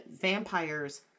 vampires